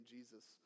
Jesus